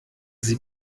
sie